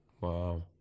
Wow